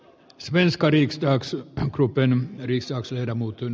svenska riks kraks rupeen riisuakseen tukensa